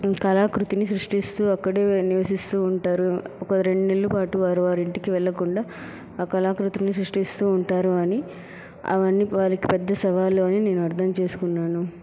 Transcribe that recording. కళాకృతిని సృష్టిస్తూ అక్కడే నివసిస్తూ ఉంటారు ఒక రెండు నెల్ల పాటు వారు వారింటికి వెళ్లకుండా ఆ కళాకృతిని సృష్టిస్తూ ఉంటారు అని అవన్నీ వారికి పెద్ద సవాళ్లు అని నేను అర్ధంచేసుకున్నాను